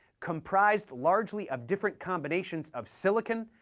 comprised largely of different combinations of silicon,